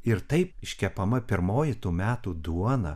ir taip iškepama pirmoji tų metų duonos